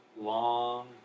long